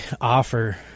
offer